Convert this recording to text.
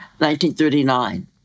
1939